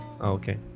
okay